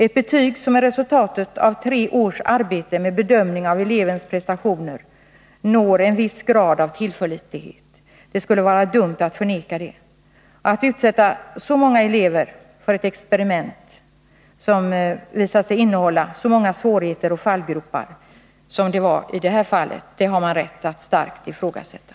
Ett betyg som är resultatet av tre års arbete med bedömning av elevens prestationer når en viss grad av tillförlitlighet. Det skulle vara dumt att förneka det. Rimligheten i att utsätta så många elever för ett experiment, som visar sig innehålla så många svårigheter och fallgropar som i det här fallet, har man rätt att starkt ifrågasätta.